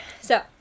so-